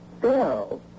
Bill